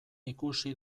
ikusi